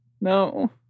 No